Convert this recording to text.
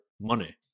money